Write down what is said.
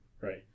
Right